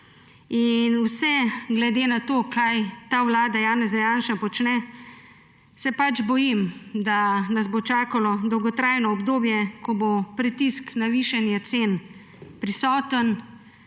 In vse glede na to, kaj ta vlada Janeza Janše počne, se pač bojim, da nas bo čakalo dolgotrajno obdobje, ko bo pritisk na višanje cen prisoten,